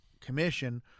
commission